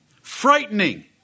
frightening